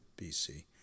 BC